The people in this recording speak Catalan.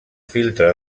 filtre